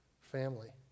family